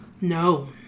No